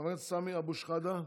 חבר הכנסת סמי אבו שחאדה,